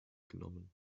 genommen